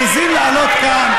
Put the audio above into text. שמעיזים לעלות כאן,